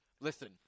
Listen